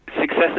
success